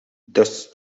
thus